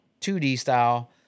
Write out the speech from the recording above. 2D-style